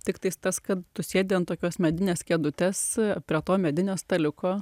tiktai tas kad tu sėdi ant tokios medinės kėdutės prie to medinio staliuko